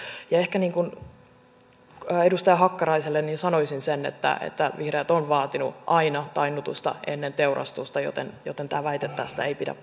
ehkä edustaja hakkaraiselle sanoisin sen että vihreät ovat vaatineet aina tainnutusta ennen teurastusta joten tämä väite tästä ei pidä paikkaansa